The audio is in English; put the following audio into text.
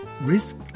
risk